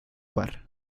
bar